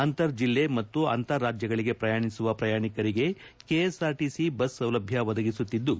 ಅಂತರ್ಜಿಲ್ಲೆ ಮತ್ತು ಅಂತಾರಾಜ್ಯಗಳಿಗೆ ಪ್ರಯಾಣಿಸುವ ಪ್ರಯಾಣಿಕರಿಗೆ ಕೆಎಸ್ಆರ್ಟಿಸಿ ಬಸ್ ಸೌಲಭ್ಯ ಒದಗಿಸುತ್ತಿದ್ದು